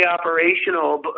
operational